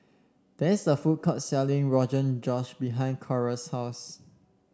there is a food court selling Rogan Josh behind Coral's house